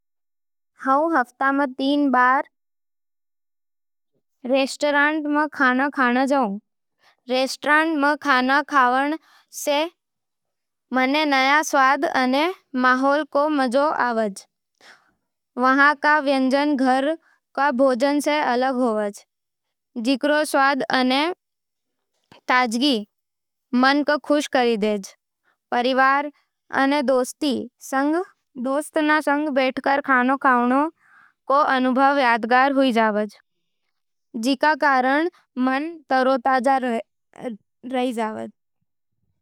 मैं हफ्ता में तीन बार रेस्तरां में खाना खावूं हूँ। रेस्तरां में खाना खावण सै मने नया स्वाद अने माहौल रो मजो आवज। वहाँ के व्यंजन घर रा भोजन सै अलग होवे, जिकरो स्वाद अने ताजगी मन ने खुशी देवे। परिवार अने दोस्तों संग बैठकर खाना खावण रो अनुभव यादगार, हुई जवज़ जिकरो कारण मन तरोताजा रहै।